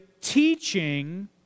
teaching